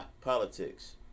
politics